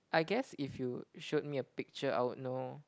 I guess if you showed me a picture I would know